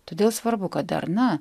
todėl svarbu kad darna